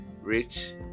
rich